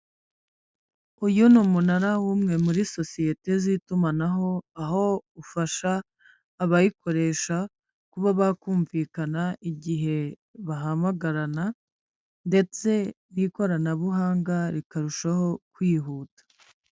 Uyu ni umunara w'umwe muri sosiyete z'itumanaho aho ufasha abayikoresha kuba bakumvikana igihe bahamagarana ndetse n'ikoranabuhanga rikarushaho kwihuta.